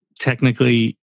technically